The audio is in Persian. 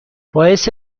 باعث